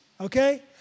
Okay